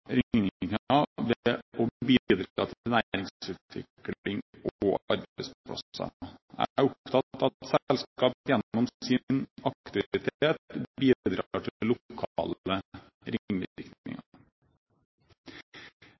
bidra til næringsutvikling og arbeidsplasser. Jeg er opptatt av at selskaper gjennom sin petroleumsaktivitet bidrar til lokale